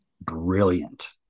brilliant